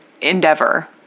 endeavor